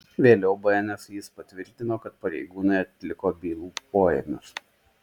vėliau bns jis patvirtino kad pareigūnai atliko bylų poėmius